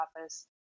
office